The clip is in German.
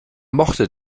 mochte